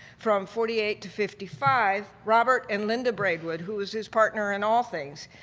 from forty eight to fifty five, robert and linda braidwood, who was his partner in all things,